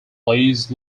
plays